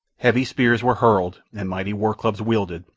heavy spears were hurled and mighty war-clubs wielded,